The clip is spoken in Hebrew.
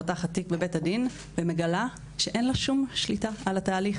פותחת תיק בבית הדין ומגלה שאין לה שום שליטה על התהליך,